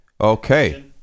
Okay